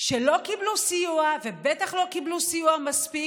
שלא קיבלו סיוע ובטח לא קיבלו סיוע מספיק,